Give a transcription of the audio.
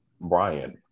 Brian